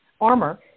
armor